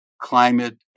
climate